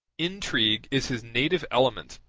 intrigue is his native element,